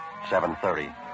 7.30